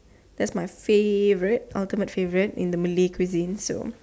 that's my favourite ultimate favourite in the Malay cuisine so